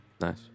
nice